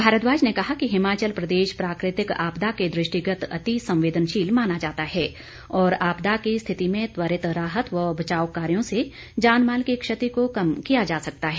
भारद्वाज ने कहा कि हिमाचल प्रदेश प्राकृतिक आपदा के दृष्टिगत अतिसंवेदनशील माना जाता है और आपदा की स्थिति में त्वरित राहत व बचाव कार्यो से जान माल की क्षति को कम किया जा सकता है